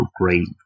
great